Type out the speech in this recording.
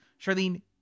Charlene